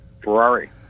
Ferrari